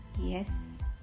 yes